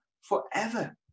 forever